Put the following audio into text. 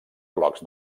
blocs